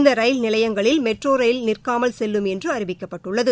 இந்த ரயில் நிலையங்களில் மெட்ரோ ரயில் நிற்காமல் செல்லும் என்று அறிவிக்கப்பட்டுள்ளது